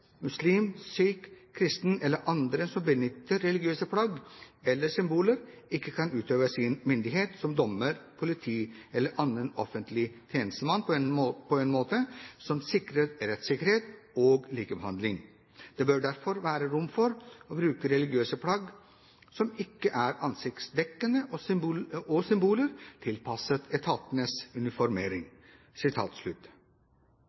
muslim, sikh, kristen eller andre som benytter religiøse plagg eller symboler ikke kan utøve sin myndighet som dommer, politi eller annen offentlig tjenestemann på en måte som sikrer rettssikkerhet og likebehandling. Det bør derfor være rom for å bruke religiøse plagg som ikke er ansiktsdekkende og symboler tilpasset etatenes